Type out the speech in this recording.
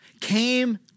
came